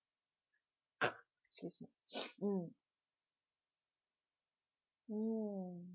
excuse me mm hmm